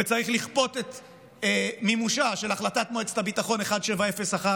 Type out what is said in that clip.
וצריך לכפות את מימושה של החלטת מועצת הביטחון 1701,